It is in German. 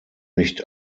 nicht